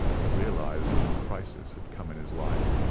he realized that a crisis had come in his life,